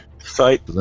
Fight